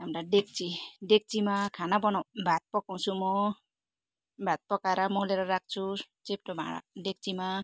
अन्त डेक्ची डेक्चीमा खाना बनाउँ भात पकाउँछु म भात पकाएर मोलेर राख्छु चेप्टो भाँडा डेक्चीमा